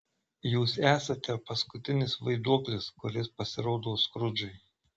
jūs esate paskutinis vaiduoklis kuris pasirodo skrudžui